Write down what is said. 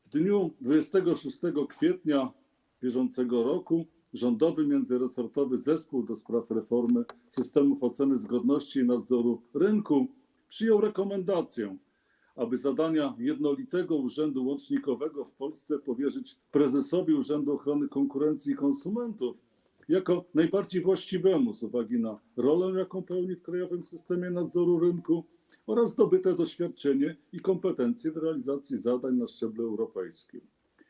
W dniu 26 kwietnia br. rządowy międzyresortowy zespół do spraw reformy systemów oceny zgodności i nadzoru rynku przyjął rekomendację, aby zadania jednolitego urzędu łącznikowego w Polsce powierzyć prezesowi Urzędu Ochrony Konkurencji i Konsumentów jako najbardziej właściwemu z uwagi na rolę, jaką pełni w krajowym systemie nadzoru rynku, oraz zdobyte doświadczenie i kompetencje w realizacji zadań na szczeblu europejskim.